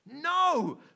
No